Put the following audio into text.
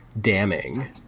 damning